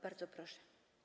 Bardzo proszę.